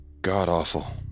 god-awful